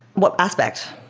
what aspect?